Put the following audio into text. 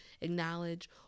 acknowledge